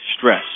stress